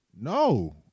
No